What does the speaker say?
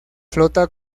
flota